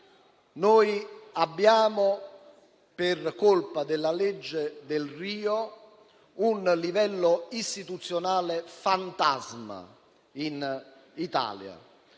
Noi abbiamo, per colpa della legge Delrio, un livello istituzionale fantasma in Italia.